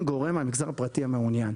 שאין גורם מהמגזר הפרטי שמעוניין.